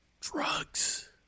Drugs